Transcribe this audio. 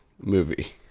movie